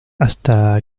hasta